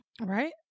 right